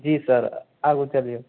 जी sir आगू चलिऔ